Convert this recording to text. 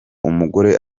umugore